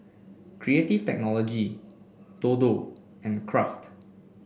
Creative Technology Dodo and Kraft